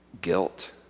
guilt